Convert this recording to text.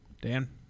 Dan